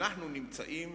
אנחנו נמצאים